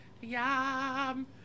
yum